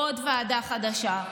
עוד ועדה חדשה.